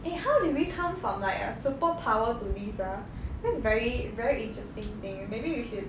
eh how did we come from like a superpower to this ah that's very very interesting thing uh maybe we should